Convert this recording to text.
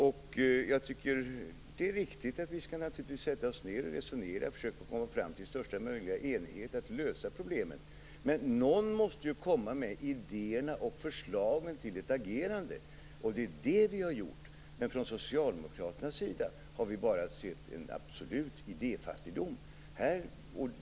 Det är naturligtvis viktigt att vi sätter oss ned och resonerar och försöker komma fram till största möjliga enighet för att lösa problemet. Men någon måste ju komma med idéerna och förslagen till ett agerande, och det är det vi har gjort. Från Socialdemokraternas sida har vi bara sett en absolut idéfattigdom.